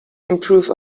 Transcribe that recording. improve